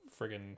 friggin